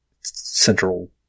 central